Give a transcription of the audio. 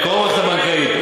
מקורו במערכת הבנקאית,